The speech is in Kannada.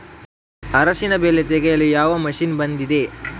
ಅರಿಶಿನ ಬೆಳೆ ತೆಗೆಯಲು ಯಾವ ಮಷೀನ್ ಬಂದಿದೆ?